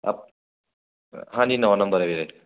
ਹਾਂਜੀ ਨੌਂ ਨੰਬਰ ਵੀਰੇ